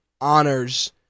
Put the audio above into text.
honors